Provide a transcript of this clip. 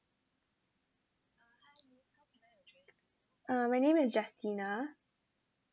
uh my name is justina